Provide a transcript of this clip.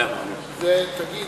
תגיד,